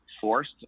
forced